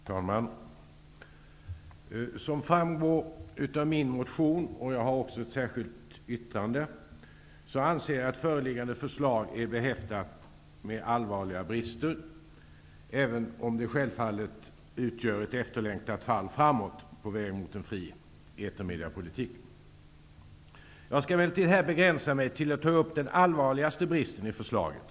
Fru talman! Som framgår av min motion, och jag har också avgett ett särskilt yttrande, anser jag att föreliggande förslag är behäftat med allvarliga brister, även om det självfallet utgör ett efterlängtat fall framåt på väg mot en fri etermediapolitik. Jag skall här begränsa mig till att ta upp den allvarligaste bristen i förslaget.